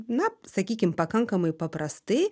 na sakykim pakankamai paprastai